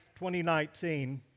2019